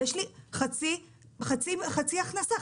יש לי חצי הכנסה,